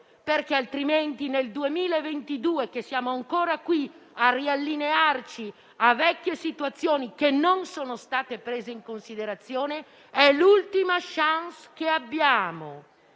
succeda di nuovo. Nel 2022 siamo ancora qui a riallinearci a vecchie situazioni che non sono state prese in considerazione: è l'ultima *chance* che abbiamo.